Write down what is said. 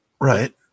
Right